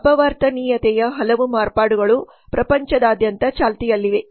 ಅಪವರ್ತನೀಯತೆಯ ಹಲವು ಮಾರ್ಪಾಡುಗಳು ಪ್ರಪಂಚದಾದ್ಯಂತ ಚಾಲ್ತಿಯಲ್ಲಿವೆ